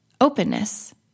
openness